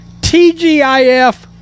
TGIF